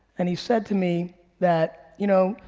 and he said to me that, you know,